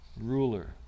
ruler